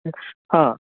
हा